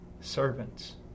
servants